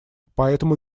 поэтому